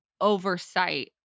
oversight